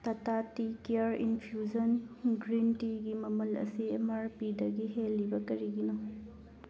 ꯇꯇꯥ tea ꯀꯤꯌꯔ infusion green ꯇꯤꯒꯤ ꯃꯃꯜ ꯑꯁꯤ ꯑꯦꯝ ꯑꯥꯔ ꯄꯤꯗꯒꯤ ꯍꯦꯜꯂꯤꯕ ꯀꯔꯤꯒꯤꯅꯣ